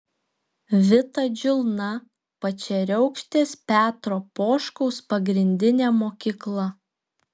vita džiulna pačeriaukštės petro poškaus pagrindinė mokykla